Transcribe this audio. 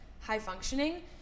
high-functioning